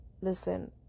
listen